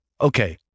okay